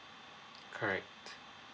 correct